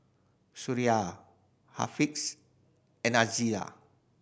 Suraya Haziq and Aqeelah